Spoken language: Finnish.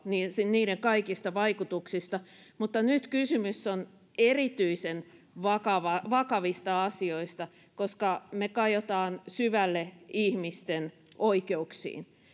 niiden kaikista vaikutuksista mutta nyt kysymys on erityisen vakavista asioista koska me kajoamme syvälle ihmisten oikeuksiin